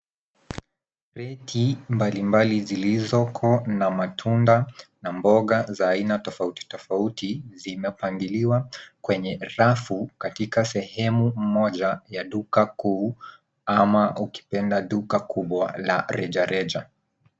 Reki mbalimbali zilizoko na matunda na mboga za aina tofauti tofauti zimepangiliwa kwenye rafu katika sehemu moja ya duka kuu ama ukipenda duka kubwa la rejareja.